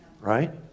Right